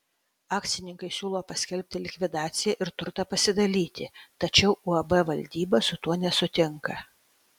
akcininkai siūlo paskelbti likvidaciją ir turtą pasidalyti tačiau uab valdyba su tuo nesutinka